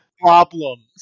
Problems